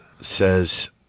says